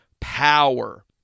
power